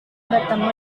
bertemu